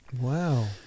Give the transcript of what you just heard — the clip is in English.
Wow